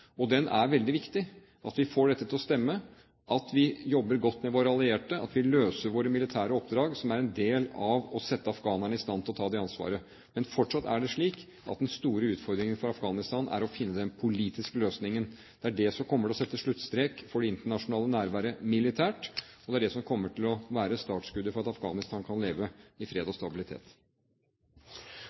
Den er veldig viktig, og det er viktig at vi får dette til å stemme, at vi jobber godt med våre allierte, at vi løser våre militære oppdrag, som er en del av det å sette afghanerne i stand til å ta det ansvaret. Men fortsatt er det slik at den store utfordringen for Afghanistan er å finne den politiske løsningen. Det er det som kommer til å sette en sluttstrek for det internasjonale nærværet militært, og det er det som kommer til å være startskuddet for at Afghanistan kan leve i fred og stabilitet.